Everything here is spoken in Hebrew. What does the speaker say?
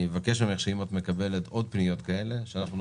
אני מבקש ממך שכשאת מקבלת עוד פניות כאלו את תיידעי